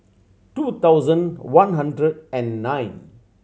two thousand one hundred and nine